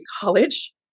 college